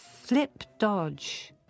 flip-dodge